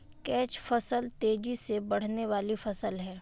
catch फसल तेजी से बढ़ने वाली फसल है